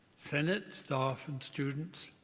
senate, staff and students,